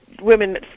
women